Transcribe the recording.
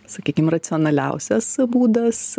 sakykim racionaliausias būdas